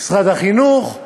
משרד החינוך,